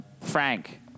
Frank